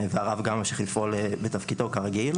והרב גם ממשיך לפעול בתפקידו כרגיל.